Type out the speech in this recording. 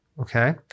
Okay